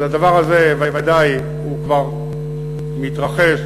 אז הדבר הזה ודאי כבר מתרחש,